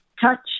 Touch